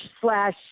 slash